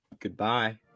Goodbye